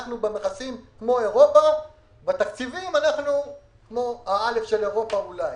אנחנו במכסים כמו אירופה אך בתקציבים אנחנו כמו ה-א' של אירופה אולי.